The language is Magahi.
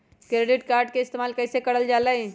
क्रेडिट कार्ड के इस्तेमाल कईसे करल जा लई?